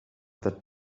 that